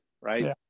right